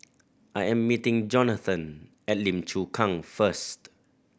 I am meeting Johnathon at Lim Chu Kang first